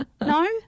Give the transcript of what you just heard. No